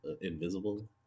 invisible